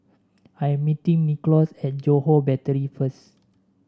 I am meeting Nicklaus at Johore Battery first